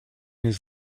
his